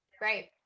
Great